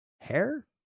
hair